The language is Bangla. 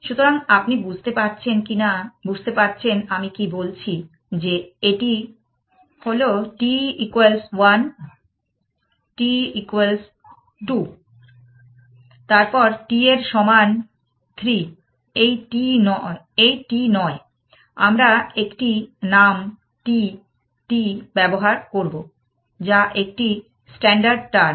সুতরাং আপনি বুঝতে পারছেন আমি কি বলছি যে এটি হল t 1 t 2 তারপর t এর সমান 3 এই t নয় আমরা একটি নাম t t ব্যবহার করব যা একটি স্ট্যান্ডার্ড টার্ম